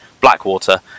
Blackwater